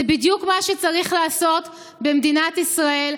זה בדיוק מה שצריך לעשות במדינת ישראל.